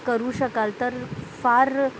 करू शकाल तर फार